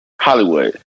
Hollywood